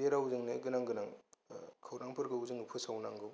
बे रावजोंनो गोनां गोनां खौरांफोरखौ जों फोसावनांगौ